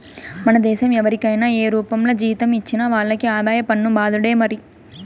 మన దేశం ఎవరికైనా ఏ రూపంల జీతం ఇచ్చినా వాళ్లకి ఆదాయ పన్ను బాదుడే మరి